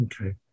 Okay